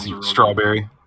Strawberry